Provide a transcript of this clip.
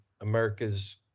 america's